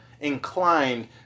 inclined